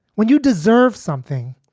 when you deserve something,